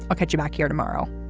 i'll catch you back here tomorrow